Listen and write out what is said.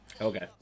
Okay